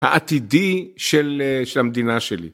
העתידי של המדינה שלי